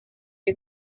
you